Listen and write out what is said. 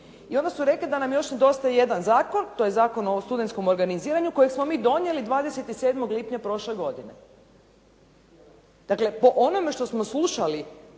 I onda su rekli da nam još nedostaje jedan zakon. To je Zakon o studentskom organiziranju kojeg smo mi donijeli 27. lipnja prošle godine. Dakle, po onome što smo slušali